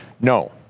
no